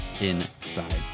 inside